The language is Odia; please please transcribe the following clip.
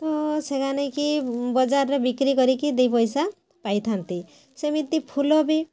ତ ସେରା ନେଇକି ବଜାରରେ ବିକ୍ରୀ କରିକି ଦୁଇ ପଇସା ପାଇଥାନ୍ତି ସେମିତି ଫୁଲ ବି